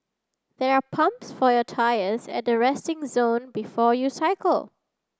there are pumps for your tyres at the resting zone before you cycle